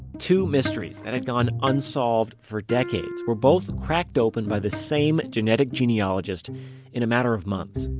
two mysteries that had gone unsolved for decades were both cracked open by the same genetic genealogist in a matter of months.